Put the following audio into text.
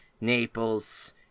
Naples